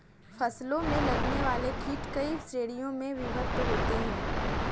फसलों में लगने वाले कीट कई श्रेणियों में विभक्त होते हैं